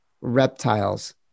reptiles